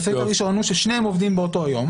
התסריט הראשון הוא ששניהם עובדים באותו היום.